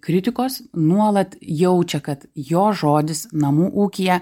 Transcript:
kritikos nuolat jaučia kad jo žodis namų ūkyje